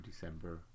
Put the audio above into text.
December